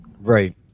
Right